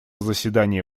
заседания